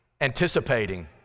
anticipating